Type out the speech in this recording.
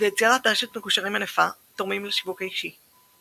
ויצירת רשת מקושרים ענפה תורמים לשיווק האישי.